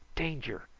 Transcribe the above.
danger!